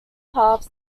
paths